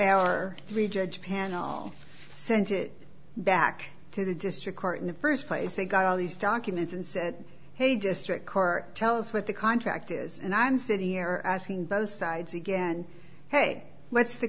our three judge panel sent it back to the district court in the st place they got all these documents and said hey district court tell us what the contract is and i'm sitting here asking both sides again hey